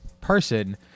person